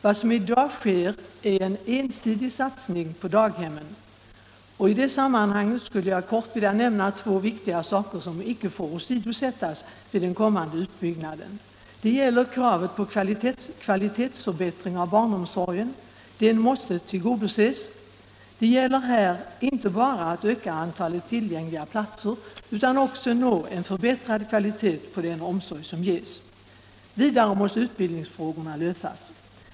Vad som i dag sker är en ensidig satsning på daghemmen, och i det sammanhanget skulle jag kort vilja nämna två viktiga saker som icke får åsidosättas vid den kommande utbyggnaden. Kravet på kvalitetsförbättring av barnomsorgen måste tillgodoses. Det gäller här inte bara att öka antalet tillgängliga platser utan också att nå förbättrad kvalitet på den omsorg som ges. Vidare måste utbildningsfrågorna lösas.